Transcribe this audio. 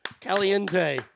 Caliente